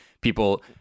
people